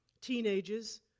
teenagers